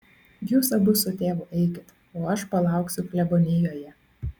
jūs abu su tėvu eikit o aš palauksiu klebonijoje